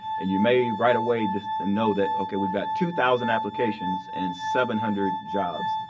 and you may right away know that, ok, we've got two thousand applications and seven hundred jobs.